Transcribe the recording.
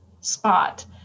spot